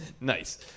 nice